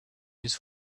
his